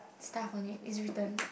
stuff on it it's written